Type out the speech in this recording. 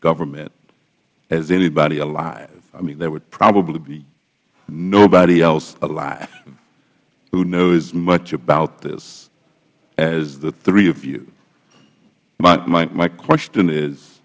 government as anybody alive i mean there would probably be nobody else alive who knows much about this as the three of you my question is